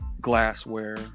glassware